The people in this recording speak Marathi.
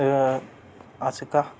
तर असं का